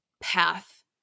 path